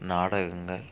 நாடகங்கள்